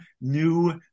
new